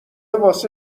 واسه